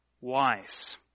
wise